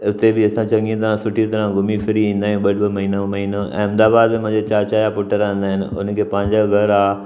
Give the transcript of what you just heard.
हुते बि असां चङी तरह सुठी तरह घुमी फिरी ईंदा आहियूं ॿ ॿ महीनो महीनो अहमदाबाद में मुंहिंजे चाचा जा पुटु रहंदा आहिनि हुनखे पंहिंजा घर आहे